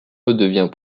redevient